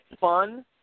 fun